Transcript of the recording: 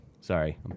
Sorry